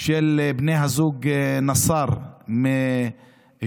של בני הזוג נאסר מג'דיידה-מכר,